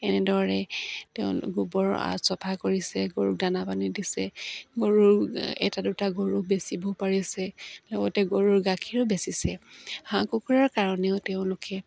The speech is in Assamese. এনেদৰে তেওঁ গোবৰৰ চফা কৰিছে গৰুক দানা পানী দিছে গৰুৰ এটা দুটা গৰুক বেচিবও পাৰিছে লগতে গৰুৰ গাখীৰো বেচিছে হাঁহ কুকুৰাৰ কাৰণেও তেওঁলোকে